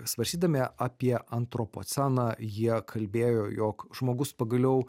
svarstydami apie antropoceną jie kalbėjo jog žmogus pagaliau